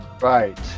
Right